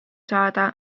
saada